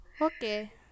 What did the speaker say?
Okay